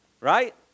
Right